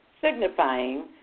signifying